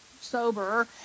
sober